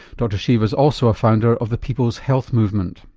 dr shiva's also a founder of the people's health movement.